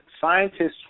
scientists